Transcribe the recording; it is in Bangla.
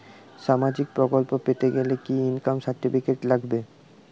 সামাজীক প্রকল্প পেতে গেলে কি ইনকাম সার্টিফিকেট লাগবে?